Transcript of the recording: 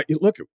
Look